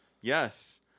Yes